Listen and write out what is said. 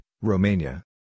Romania